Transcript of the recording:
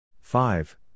five